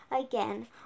again